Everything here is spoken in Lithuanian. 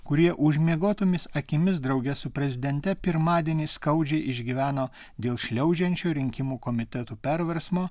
kurie užmiegotomis akimis drauge su prezidente pirmadienį skaudžiai išgyveno dėl šliaužiančio rinkimų komitetų perversmo